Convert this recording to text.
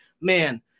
man